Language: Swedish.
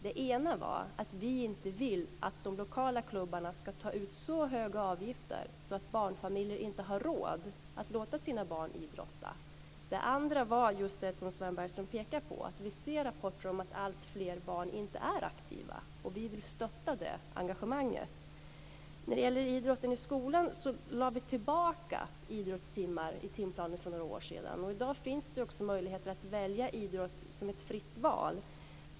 Det ena var att vi inte vill att de lokala klubbarna ska ta ut så höga avgifter att barnfamiljer inte har råd att låta sina barn idrotta. Det andra var just det som Sven Bergström pekar på, att vi ser rapporter om att alltfler barn inte är aktiva och att vi vill stötta det engagemanget. När det gäller idrotten i skolan lade vi tillbaka idrottstimmar i timplanen för några år sedan. I dag finns det också möjligheter att välja idrott som fritt val.